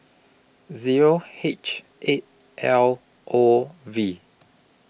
Zero H eight L O V